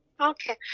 Okay